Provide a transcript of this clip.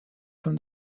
from